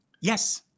Yes